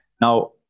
Now